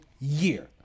year